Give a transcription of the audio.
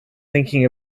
thinking